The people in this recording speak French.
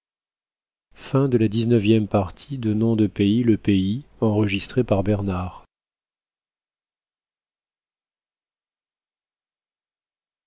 le roi de le